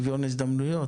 הזאת.